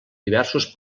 diversos